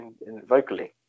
vocally